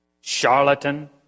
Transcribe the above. charlatan